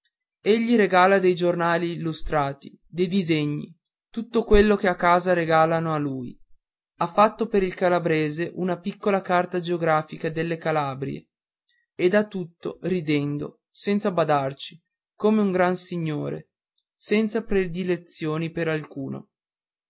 graziosa egli regala dei giornali illustrati dei disegni tutto quello che a casa regalano a lui ha fatto per il calabrese una piccola carta geografica delle calabrie e dà tutto ridendo senza badarci come un gran signore senza predilezioni per alcuno